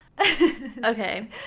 okay